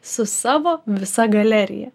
su savo visa galerija